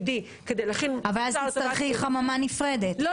כדי להכין --- אבל אז תצטרכי חממה נפרדת.